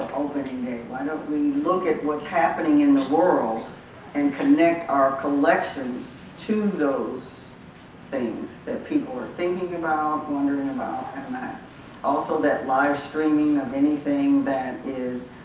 opening day? why don't we look at what's happening in the world and connect our collections to those things that people are thinking about, wondering about, and also that live streaming of anything that is